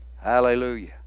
Hallelujah